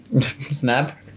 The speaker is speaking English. Snap